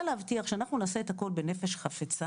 להבטיח שאנחנו נעשה את הכל בנפש חפצה,